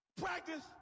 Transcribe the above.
practice